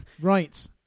Right